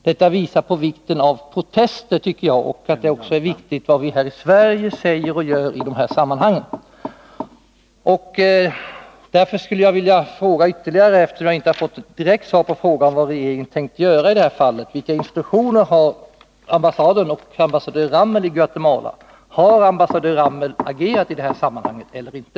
Detta visar på vikten av protester, tycker jag, och det är också viktigt vad vi här i Sverige säger och gör i dessa sammanhang. Jag skulle därför vilja fråga ytterligare, eftersom jag inte har fått ett direkt svar på frågan vad det är vi tänker göra i detta fall: Vilka instruktioner har ambassaden och ambassadör Ramel i Guatemala? Har ambassadör Ramel agerat i detta sammanhang eller inte?